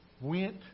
went